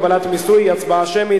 הגבלת מיסוי) היא הצבעה שמית.